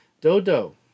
Dodo